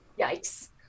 Yikes